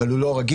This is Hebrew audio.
אבל הוא לא רגיש,